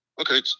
Okay